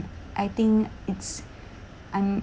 I think it's I'm